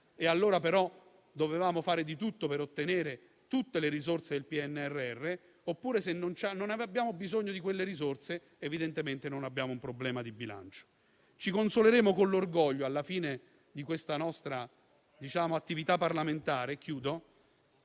e allora, però, dovevamo fare di tutto per ottenere tutte le risorse del PNRR - oppure, se non abbiamo bisogno di quelle risorse, evidentemente non abbiamo un problema di bilancio. Alla fine di questa nostra attività parlamentare